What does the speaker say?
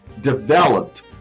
developed